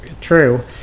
true